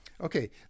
Okay